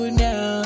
now